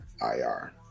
IR